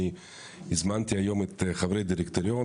אני הזמנתי היום את חברי דירקטוריון,